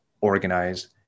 organize